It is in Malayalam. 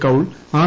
കൌൾ ആർ